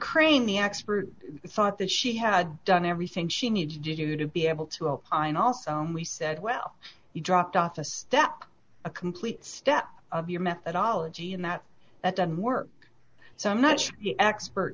crane the expert thought that she had done everything she need to do to be able to opine also we said well you dropped off a step a complete step of your methodology in that that doesn't work so much the expert